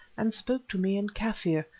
and spoke to me in kaffir,